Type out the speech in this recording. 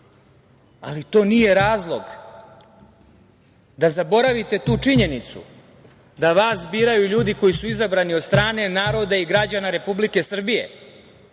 ali to nije razlog da zaboravite tu činjenicu da vas biraju ljudi koji su izabrani od strane naroda i građana Republike Srbije,